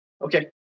okay